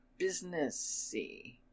businessy